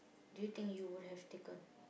do you think you would have taken